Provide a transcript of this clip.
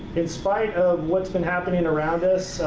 in spite of what's been happening around us,